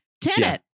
tenant